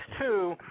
two